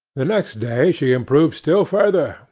the next day she improved still further,